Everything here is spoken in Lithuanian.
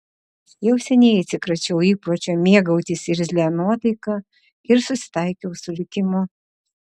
jau seniai atsikračiau įpročio mėgautis irzlia nuotaika ir susitaikiau su likimu